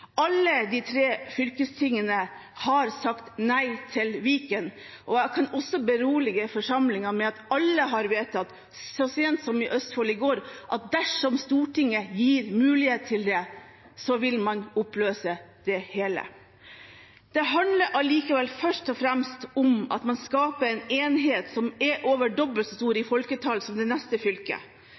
Alle de tre fylkestingene har sagt nei til Viken, og jeg kan også berolige forsamlingen med at alle har vedtatt – så sent som i Østfold i går – at dersom Stortinget gir mulighet til det, vil man oppløse det hele. Det handler allikevel først og fremst om at man skaper en enhet som er over dobbel så stor i folketall som det neste fylket.